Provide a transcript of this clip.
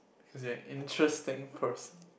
cause you're an interesting person